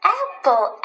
apple